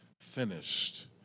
finished